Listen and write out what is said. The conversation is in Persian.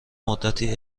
مدتی